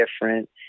different